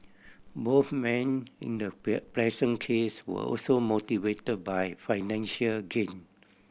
both men in the present case were also motivated by financial gain